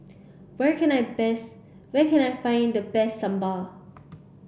where can I best where can I find the best Sambar